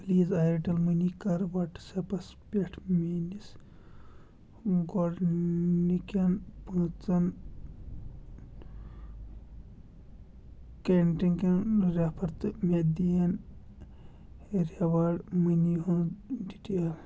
please Airtel money کَر وٹسایپس پٮ۪ٹھ میٲنس گۄڈٕنکٮ۪ن پانٛژن کیٚنٹکٮ۪ن ریفر تہٕ مےٚ دِین ریوارڑ مٔنی ہُند ڈیٹیل